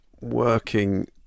working